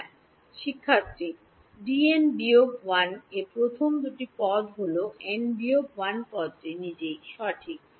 হ্যাঁ শিক্ষার্থী D N বিয়োগ 1 এ প্রথম দুটি পদ হল এন বিয়োগ 1 পদটি নিজেই সঠিক